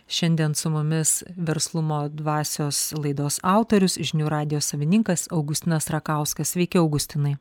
šiandien su mumis verslumo dvasios laidos autorius žinių radijo savininkas augustinas rakauskas veikia augustinai